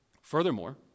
Furthermore